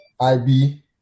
IB